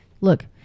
look